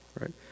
right